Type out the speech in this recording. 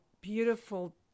beautiful